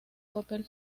papel